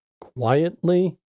quietly